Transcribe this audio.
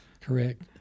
Correct